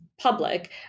public